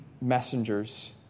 messengers